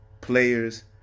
players